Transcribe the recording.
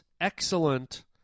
excellent